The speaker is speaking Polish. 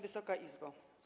Wysoka Izbo!